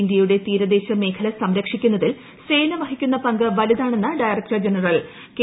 ഇന്ത്യയുടെ തീരദേശ മേഖല സംരക്ഷിക്കുന്നതിൽ സേന വഹിക്കുന്ന പങ്ക് വലുതാണെന്ന് ഡയറക്ടർ ജനറൽ കെ